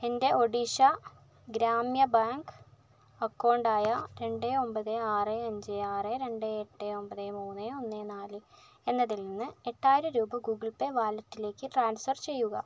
എൻ്റെ ഒഡീഷ ഗ്രാമ്യ ബാങ്ക് അക്കൗണ്ടായ രണ്ട് ഒൻപത് ആറ് അഞ്ച് ആറ് രണ്ട് എട്ട് ഒൻപത് മൂന്ന് ഒന്ന് നാല് എന്നതിൽ നിന്ന് എട്ടായിരം രൂപ ഗൂഗിൾ പേ വാലറ്റിലേക്ക് ട്രാൻസ്ഫർ ചെയ്യുക